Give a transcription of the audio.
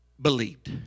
Believed